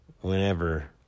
Whenever